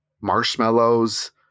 Marshmallows